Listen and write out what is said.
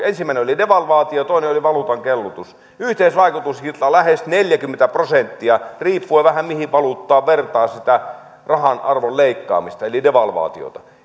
ensimmäinen oli devalvaatio ja toinen oli valuutan kellutus yhteisvaikutus oli lähes neljäkymmentä prosenttia riippuen vähän siitä mihin valuuttaan vertaa sitä rahan arvon leikkaamista eli devalvaatiota